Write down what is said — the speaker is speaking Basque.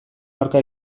aurka